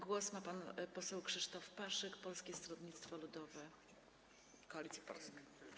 Głos ma pan poseł Krzysztof Paszyk, Polskie Stronnictwo Ludowe - Koalicja Polska.